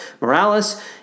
Morales